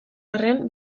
arren